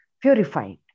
purified